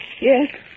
Yes